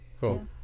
Cool